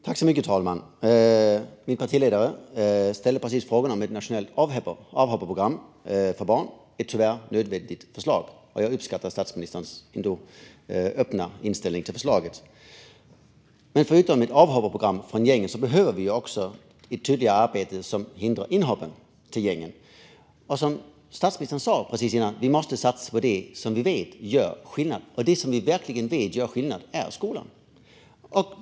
Herr talman! Min partiledare ställde precis frågan om ett nationellt avhopparprogram för barn, ett tyvärr nödvändigt förslag. Jag uppskattar ändå statsministerns öppna inställning till förslaget. Förutom ett avhopparprogram när det gäller gäng behöver vi också ett tydligare arbete som hindrar inhoppen till gängen. Precis som statsministern sa måste vi satsa på det som vi vet gör skillnad. Det som vi verkligen vet gör skillnad är skolan.